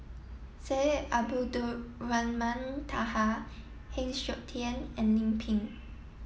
Syed Abdulrahman Taha Heng Siok Tian and Lim Pin